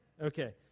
Okay